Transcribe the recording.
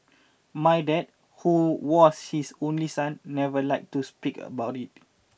my dad who was his only son never liked to speak about it